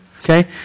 Okay